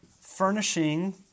furnishing